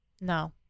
No